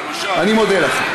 אני מודה לך.